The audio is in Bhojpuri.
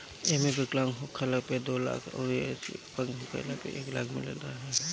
एमे विकलांग होखला पे दो लाख अउरी आंशिक अपंग होखला पे एक लाख मिलत ह